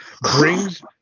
Brings